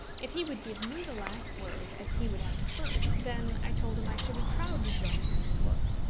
if he would give me the last word, as he would have the first, then, i told him, i should be proud to join him in the book.